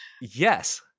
Yes